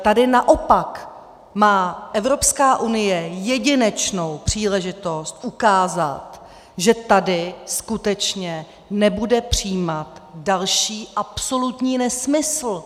Tady naopak má Evropská unie jedinečnou příležitost ukázat, že tady skutečně nebude přijímat další absolutní nesmysl.